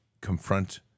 confront